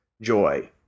joy